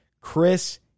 Chris